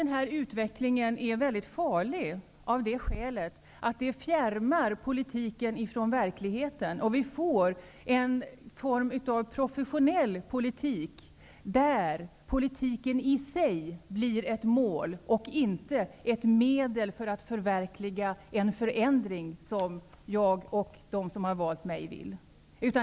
Den här utvecklingen är farlig av det skälet att den fjärmar politiken från verkligheten. Vi får en form av professionell politik, där politiken i sig blir ett mål och inte ett medel för att förverkliga en förändring, som jag och de som har valt mig vill.